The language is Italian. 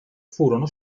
furono